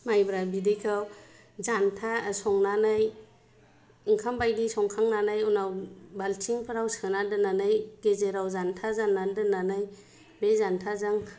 माइब्रा बिदैखौ जान्था संनानै ओंखामबादि संखांनानै उनाव बाल्टिंफोराव सोना दोननानै गेजेराव जान्था जाननानै दोननानै बे जान्थाजों